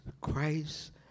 Christ